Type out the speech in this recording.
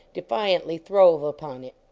defiantly throve upon it.